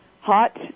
Hot